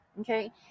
Okay